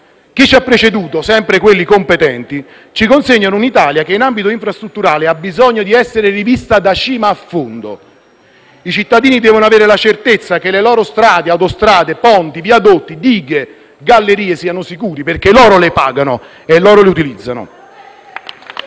Chi ci ha preceduto, sempre quelli competenti, ci consegnano un'Italia che in ambito infrastrutturale ha bisogno di essere rivista da cima a fondo. I cittadini devono avere la certezza che le loro strade e autostrade, ponti, viadotti dighe e gallerie siano sicuri, perché loro le pagano e loro le utilizzano.